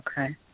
Okay